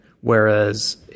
Whereas